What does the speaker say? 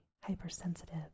hypersensitive